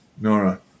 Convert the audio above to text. Nora